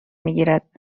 میگیرد